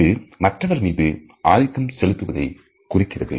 இது மற்றவர் மீது ஆதிக்கம் செலுத்துவதை குறிக்கிறது